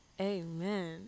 Amen